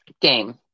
game